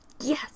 yes